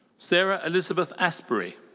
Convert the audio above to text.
sarah elizabeth asbury.